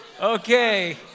Okay